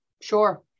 sure